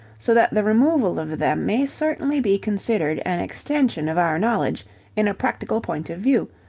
so that the removal of them may certainly be considered an extension of our knowledge in a practical point of view,